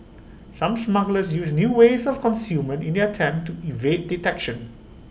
some smugglers used new ways of concealment in their attempts to evade detection